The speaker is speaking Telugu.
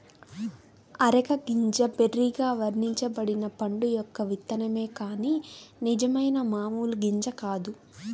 అరెక గింజ బెర్రీగా వర్గీకరించబడిన పండు యొక్క విత్తనమే కాని నిజమైన మామూలు గింజ కాదు